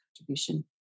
contribution